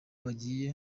bagiye